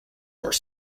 were